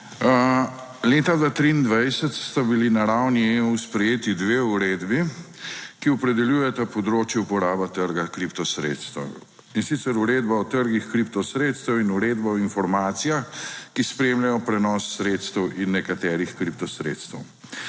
Leta 2023 sta bili na ravni EU sprejeti dve uredbi, ki opredeljujeta področje uporabe trga kripto sredstev, in sicer Uredba o trgih kripto sredstev in Uredba o informacijah, ki spremljajo prenos sredstev in nekaterih kripto sredstev.